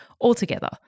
altogether